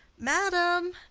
madam,